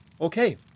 okay